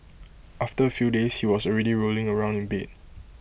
after A few days he was already rolling around in bed